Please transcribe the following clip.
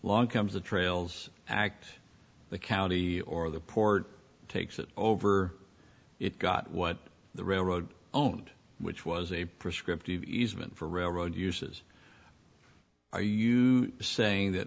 along comes the trails act the county or the port takes it over it got what the railroad own which was a prescriptive easement for railroad uses are you saying that